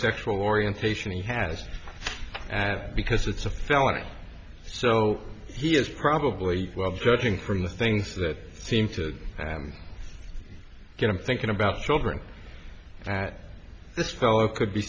sexual orientation he has because it's a felony so he is probably well judging from the things that seem to them going to thinking about children at this fellow could be